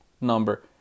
number